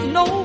no